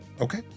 Okay